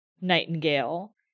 Nightingale